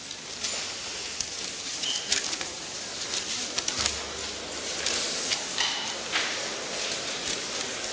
Hvala vam